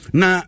na